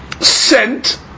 sent